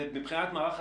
מבחינתם,